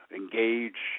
engage